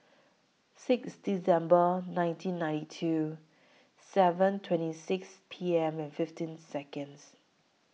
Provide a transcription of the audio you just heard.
six December nineteen ninety two seven twenty six P M and fifteen Seconds